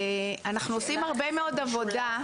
אנחנו עושים הרבה מאוד עבודה.